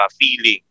feeling